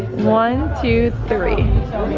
one, two, three.